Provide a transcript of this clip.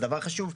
זה דבר חשוב.